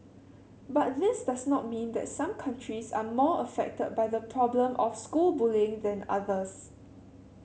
but this does not mean that some countries are more affected by the problem of school bullying than others